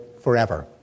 forever